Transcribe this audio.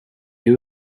you